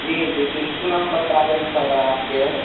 जी जी बिलकुल हम बतादेब सर अहाँके